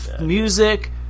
music